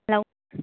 hello